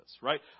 right